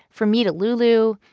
from me to lulu,